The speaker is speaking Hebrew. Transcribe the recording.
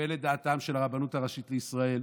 לקבל את דעתה של הרבנות הראשית לישראל,